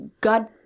God